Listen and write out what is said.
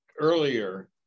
earlier